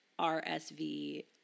RSV